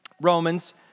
Romans